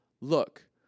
Look